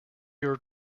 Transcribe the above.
your